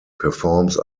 performs